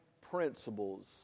principles